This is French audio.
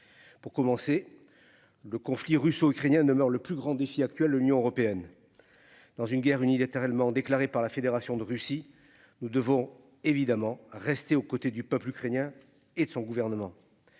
Pour commencer. Le conflit russo-ukrainien demeure le plus grand défi actuel de l'Union européenne. Dans une guerre unilatéralement déclarée par la Fédération de Russie. Nous devons évidemment rester aux côtés du peuple ukrainien et de son gouvernement.